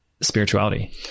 spirituality